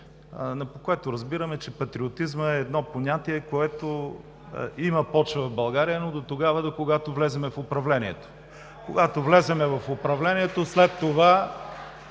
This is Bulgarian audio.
по което разбирам, че патриотизмът е едно понятие, което има почва в България, но дотогава, докогато влезнем в управлението. Когато влезем в управлението, а след това…